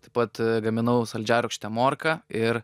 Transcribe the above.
taip pat gaminau saldžiarūgštę morką ir